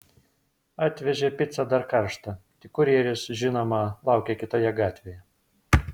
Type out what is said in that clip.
atvežė picą dar karštą tik kurjeris žinoma laukė kitoje gatvėje